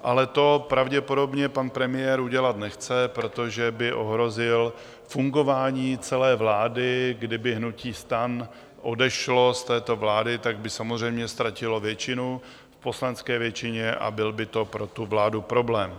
Ale to pravděpodobně pan premiér udělat nechce, protože by ohrozil fungování celé vlády, kdyby hnutí STAN odešlo z této vlády, tak by samozřejmě ztratila většinu v poslanecké většině a byl by to pro tu vládu problém.